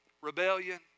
rebellion